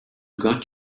got